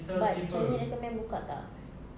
but changi recommend buka tak